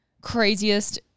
craziest